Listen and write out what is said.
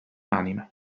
anime